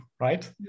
right